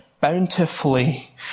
bountifully